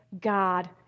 God